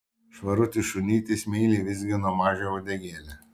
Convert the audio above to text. švarutis šunytis meiliai vizgino mažą uodegėlę